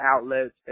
outlets